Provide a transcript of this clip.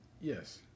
Yes